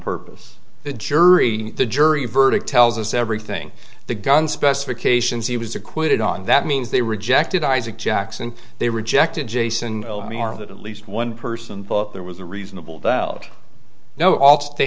purpose the jury the jury verdict tells us everything the gun specifications he was acquitted on that means they rejected isaac jackson they rejected jason carroll that at least one person there was a reasonable doubt no